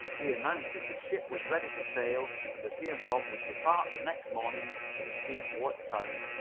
he announced that his ship was ready to sail, and that he and bob would depart the next morning for the seaport town.